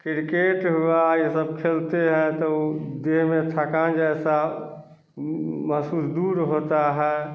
cricket हुआ यह सब खेलते हैं तो उ देह में थकान जैसे महसूस दूर होता है